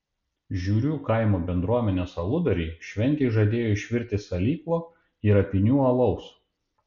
žiurių kaimo bendruomenės aludariai šventei žadėjo išvirti salyklo ir apynių alaus